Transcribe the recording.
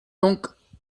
donc